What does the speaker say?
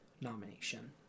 nomination